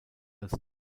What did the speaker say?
als